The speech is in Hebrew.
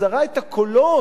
בחזרה את הקולות